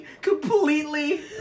completely